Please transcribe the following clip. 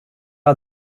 are